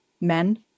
men